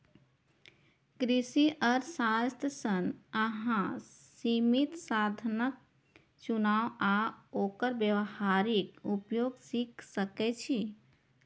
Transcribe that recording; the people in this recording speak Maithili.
कृषि अर्थशास्त्र सं अहां सीमित साधनक चुनाव आ ओकर व्यावहारिक उपयोग सीख सकै छी